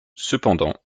cependant